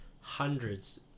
hundreds